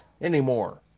anymore